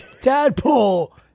tadpole